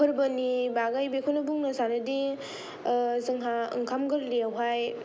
फोरबोनि बागै बेखौनो बुंनो सानोदि जोंहा ओंखाम गोरलै आवहाय